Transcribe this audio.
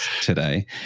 today